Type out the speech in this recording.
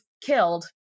killed